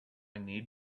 need